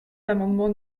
l’amendement